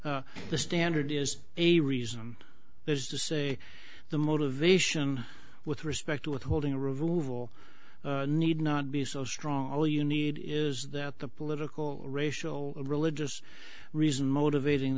l the standard is a reason is to say the motivation with respect to withholding ruvell need not be so strong all you need is that the political racial or religious reasons motivating